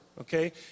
okay